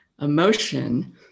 emotion